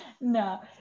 No